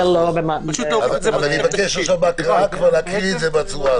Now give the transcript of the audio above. אני מבקש עכשיו בהקראה כבר להקריא את זה בצורה הזאת.